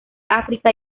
áfrica